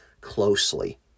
closely